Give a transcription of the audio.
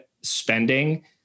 spending